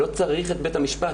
לא צריך את בית המשפט,